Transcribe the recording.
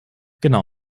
genau